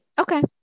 Okay